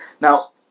Now